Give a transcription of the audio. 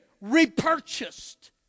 Repurchased